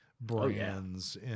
brands